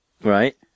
Right